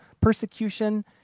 persecution